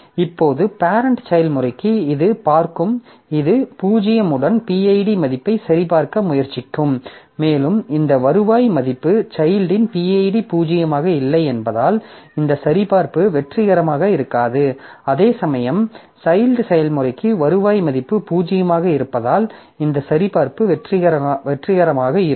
இப்போது பேரெண்ட் செயல்முறைக்கு இது பார்க்கும் இது 0 உடன் pid மதிப்பைச் சரிபார்க்க முயற்சிக்கும் மேலும் இந்த வருவாய் மதிப்பு சைல்ட்டின் pid 0 ஆக இல்லை என்பதால் இந்த சரிபார்ப்பு வெற்றிகரமாக இருக்காது அதேசமயம் சைல்ட் செயல்முறைக்கு வருவாய் மதிப்பு 0 ஆக இருப்பதால் இந்த சரிபார்ப்பு வெற்றிகரமாக இருக்கும்